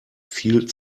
viel